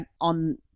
on